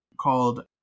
called